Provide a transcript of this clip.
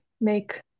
make